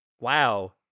Wow